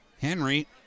Henry